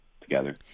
together